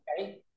okay